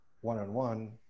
one-on-one